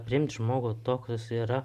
priimt žmogų tokį koks jis yra